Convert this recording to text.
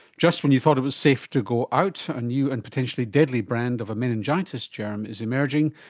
just when you thought it was safe to go out, a new and potentially deadly brand of a meningitis germ is emerging.